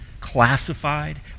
classified